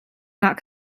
not